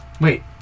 Wait